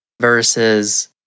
versus